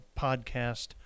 podcast